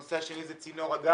והנושא השני הוא צינור הגז